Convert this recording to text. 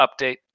update